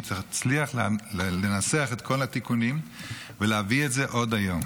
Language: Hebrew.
תצליח לנסח את כל התיקונים ולהביא את זה עוד היום,